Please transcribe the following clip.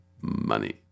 Money